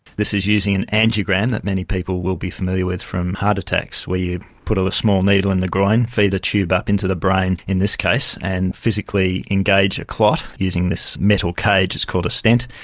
this is using an angiogram that many people will be familiar with from heart attacks where you put a a small needle in the groin, feed a tube up into the brain in this case, and physically engage a clot using this metal cage, it's called a stent,